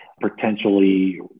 potentially